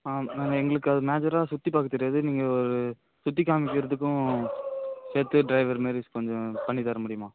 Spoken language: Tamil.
ஆ நாங்கள் எங்களுக்கு அது மேஜராக சுற்றி பார்க்க தெரியாது நீங்கள் ஒரு சுற்றி காமிக்கிறதுக்கும் சேர்த்து ட்ரைவர் மாரி கொஞ்சம் பண்ணி தர முடியுமா